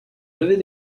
levée